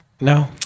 no